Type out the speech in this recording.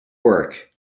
work